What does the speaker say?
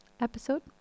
episode